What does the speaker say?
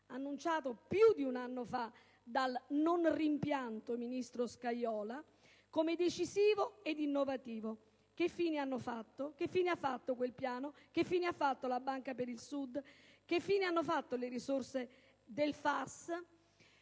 annunciato più di un anno fa dal non rimpianto ministro Scajola come decisivo e innovativo. Che fine ha fatto quel piano? Che fine ha fatto la Banca per il Sud? Che fine hanno fatto le risorse del FAS?